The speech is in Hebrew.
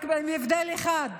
רק בהבדל אחד,